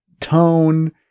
tone